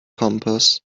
compass